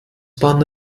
bahn